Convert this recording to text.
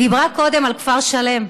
היא דיברה קודם על כפר שלם.